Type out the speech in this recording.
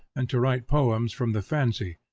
and to write poems from the fancy,